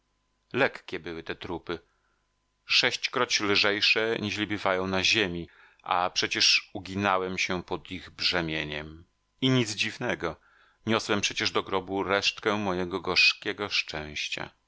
lekkie były te trupy sześćkroć lżejsze niźli bywają na ziemi a przecież uginałem się pod ich brzemieniem i nic dziwnego niosłem przecież do grobu resztkę mojego gorzkiego szczęścia